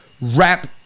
rap